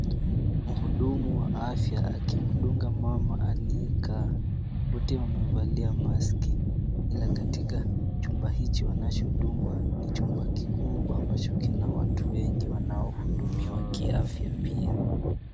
Mhudumu wa afya akimdunga mama aliyekaa amevalia maski ila katika chumba hicho anachodungwa ni chumba kikubwa ambacho kina watu wengi wanaohudumiwa kiafya pia.